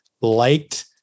liked